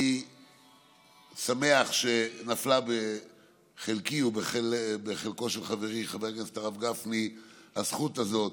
אני שמח שנפלה בחלקי ובחלקו של חברי חבר הכנסת הרב גפני הזכות הזאת